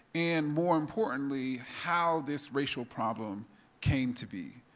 and more importantly, how this racial problem came to be,